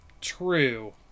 True